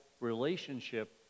relationship